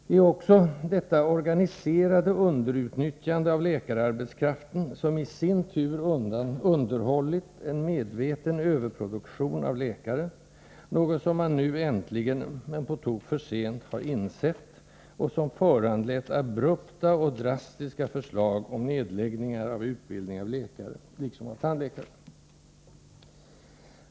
Det är också detta organiserade underutnyttjande av läkararbetskraften som i sin tur underhållit en medveten överproduktion av läkare, något som man nu äntligen, men på tok för sent, har insett och som föranlett abrupta och drastiska förslag om nedläggningar av utbildning av läkare liksom av tandläkare.